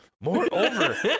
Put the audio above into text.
Moreover